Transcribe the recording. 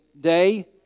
day